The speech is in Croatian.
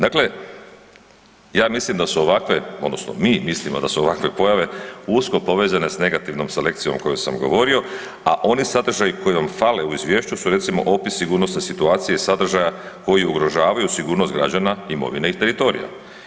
Dakle, ja mislim da su ovakve odnosno mi mislimo da su ovakve pojave usko povezane s negativnom selekcijom o kojoj sam govorio, a oni sadržaji koji vam fale u izvješću su recimo opis sigurnosne situacije sadržaja koji ugrožavaju sigurnost građana, imovine i teritorija.